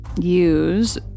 use